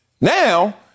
Now